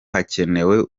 hakenewe